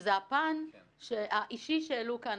שזה הפן האישי שהעלו כאן,